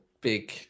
big